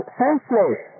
senseless